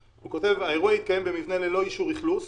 "האירוע יתקיים במבנה ללא אישור אכלוס.